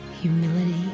humility